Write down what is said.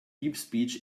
deepspeech